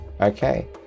Okay